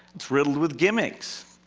it's riddled with gimmicks.